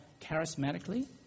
charismatically